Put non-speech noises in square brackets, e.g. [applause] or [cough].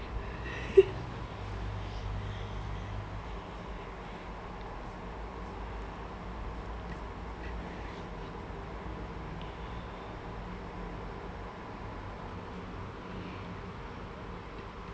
[laughs]